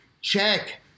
check